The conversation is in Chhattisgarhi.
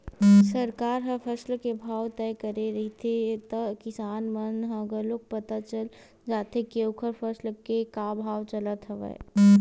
सरकार ह फसल के भाव तय करे रहिथे त किसान मन ल घलोक पता चल जाथे के ओखर फसल के का भाव चलत हवय